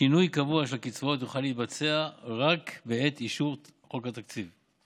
שינוי קבוע של הקצבאות יוכל להתבצע רק בעת אישור חוק התקציב,